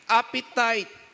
appetite